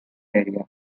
area